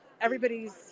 Everybody's